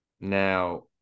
Now